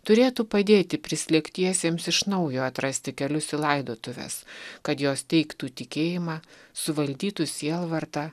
turėtų padėti prislėgtiesiems iš naujo atrasti kelius į laidotuves kad jos teiktų tikėjimą suvaldytų sielvartą